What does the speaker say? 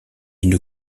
une